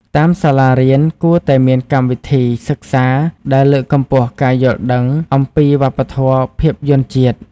តាមសាលារៀន គួរតែមានកម្មវិធីសិក្សាដែលលើកកម្ពស់ការយល់ដឹងអំពីវប្បធម៌ភាពយន្តជាតិ។